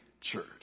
church